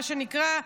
מה שנקרא,